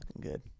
good